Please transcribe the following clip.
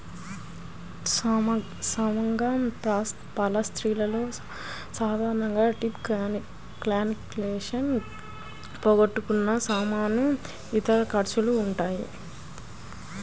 సమగ్ర పాలసీలలో సాధారణంగా ట్రిప్ క్యాన్సిలేషన్, పోగొట్టుకున్న సామాను, ఇతర ఖర్చులు ఉంటాయి